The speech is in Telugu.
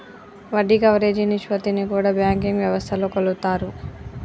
వడ్డీ కవరేజీ నిష్పత్తిని కూడా బ్యాంకింగ్ వ్యవస్థలో కొలుత్తారు